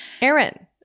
Aaron